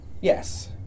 Yes